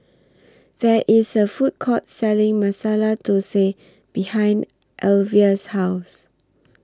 There IS A Food Court Selling Masala Thosai behind Alyvia's House